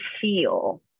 feel